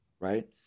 right